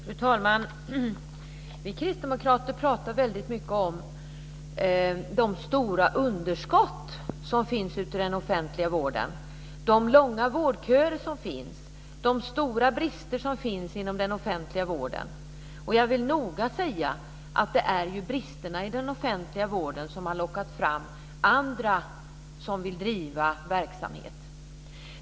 Fru talman! Vi kristdemokrater pratar väldigt mycket om de stora underskott som finns, de långa vårdköer som finns och de stora brister som finns inom den offentliga vården. Jag vill noga säga att det är bristerna i den offentliga vården som har lockat fram andra som vill driva verksamhet.